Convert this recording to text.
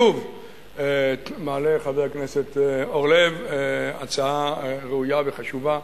שוב מעלה חבר הכנסת אורלב הצעה ראויה וחשובה,